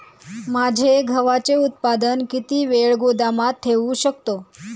माझे गव्हाचे उत्पादन किती वेळ गोदामात ठेवू शकतो?